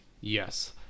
Yes